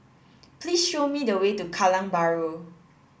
please show me the way to Kallang Bahru